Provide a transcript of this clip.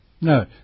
No